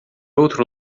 outro